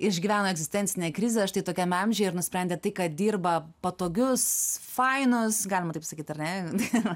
išgyvena egzistencinę krizę štai tokiame amžiuje ir nusprendė tai kad dirba patogius fainus galima taip sakyt ar ne